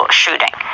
shooting